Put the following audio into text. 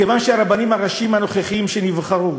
מכיוון שהרבנים הראשיים הנוכחיים שנבחרו